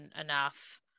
enough